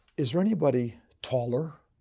is anybody taller?